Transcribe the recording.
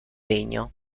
legno